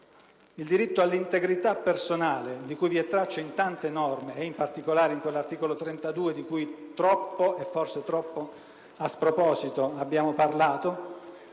Il diritto all'integrità personale, di cui vi è traccia in tante norme e in particolare in quell'articolo 32 della Costituzione di cui troppo, e forse troppo a sproposito, abbiamo parlato,